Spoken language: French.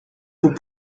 pour